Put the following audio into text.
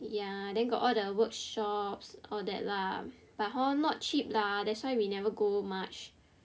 ya then got all the workshops all that lah but not cheap lah that's why we never go much